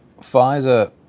Pfizer